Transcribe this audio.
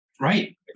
right